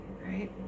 right